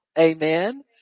Amen